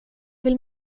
vill